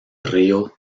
río